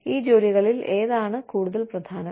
ഈ ജോലികളിൽ ഏതാണ് കൂടുതൽ പ്രധാനം